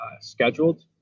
scheduled